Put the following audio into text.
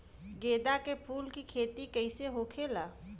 गेंदा के फूल की खेती कैसे होखेला?